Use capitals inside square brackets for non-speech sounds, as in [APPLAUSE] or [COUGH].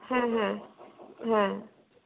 হ্যাঁ হ্যাঁ [UNINTELLIGIBLE] হ্যাঁ